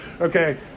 okay